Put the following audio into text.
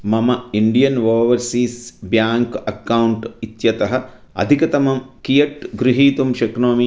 मम Indian Overseas Bank account इत्यतः अधिकतमं कियत् गृहीतुं शक्नोमि